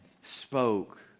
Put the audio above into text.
spoke